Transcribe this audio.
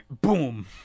boom